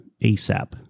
ASAP